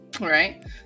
Right